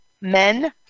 men